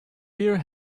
beer